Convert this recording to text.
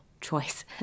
choice